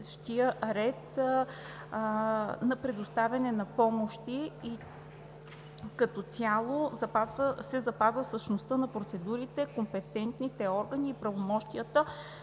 за предоставяне на помощи и че като цяло са запазени същността на процедурите, компетентните органи и правомощията